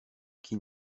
qui